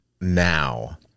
now